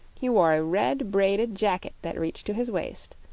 he wore a red, braided jacket that reached to his waist,